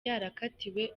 yakatiwe